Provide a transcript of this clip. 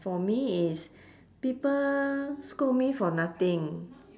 for me is people scold me for nothing